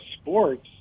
sports